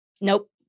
Nope